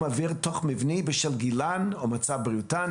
אוויר תוך מבני בשל גילן או מצב בריאותן,